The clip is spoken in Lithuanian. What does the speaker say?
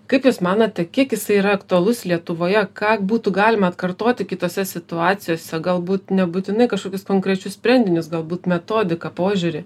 kaip jūs manote kiek jisai yra aktualus lietuvoje ką būtų galima atkartoti kitose situacijose galbūt nebūtinai kažkokius konkrečius sprendinius galbūt metodiką požiūrį